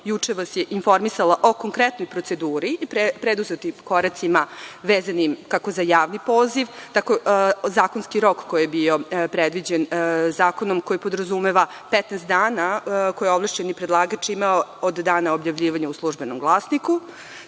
informisanje informisala o konkretnoj proceduri i preduzetim koracima vezanim kako za javni poziv, tako i zakonski rok koji je bio predviđen zakonom koji podrazumeva 15 dana koje je ovalašćeni predlagač imao od dana objavljivanja u „Službenom glasniku“.Takođe,